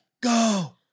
go